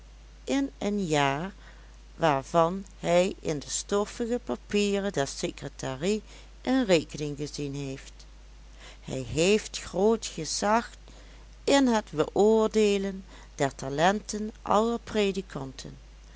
in een jaar waarvan hij in de stoffige papieren der secretarie een rekening gezien heeft hij heeft groot gezag in het beoordeelen der talenten aller predikanten